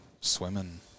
swimming